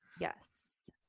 yes